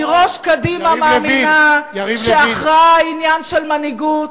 כי ראש קדימה ראתה שהכרעה היא עניין של מנהיגות,